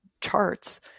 charts